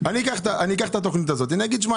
אני אקח את התכנית הזאת ואני אומר שאני